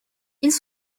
ils